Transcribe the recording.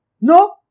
No